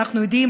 אנחנו יודעים,